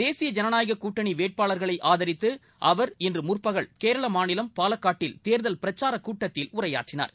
தேசிய ஜனநாயக கூட்டணி வேட்பாளர்களை ஆதரித்து அவர் இன்று முற்பகல் கேரள மாநிலம் பாலக்காட்டில் தேர்தல் பிரச்சாரக் கூட்டத்தில் உரையாற்றினார்